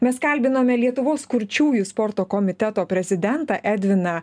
mes kalbinome lietuvos kurčiųjų sporto komiteto prezidentą edviną